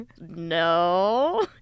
no